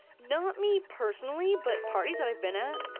not me personally but parties that been at,